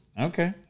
Okay